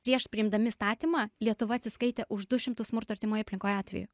prieš priimdami įstatymą lietuva atsiskaitė už du šimtus smurto artimoj aplinkoj atvejų